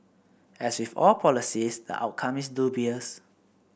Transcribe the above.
as with all policies the outcome is dubious